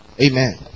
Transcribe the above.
Amen